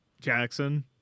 Jackson